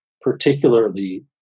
particularly